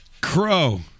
Crow